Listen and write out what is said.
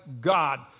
God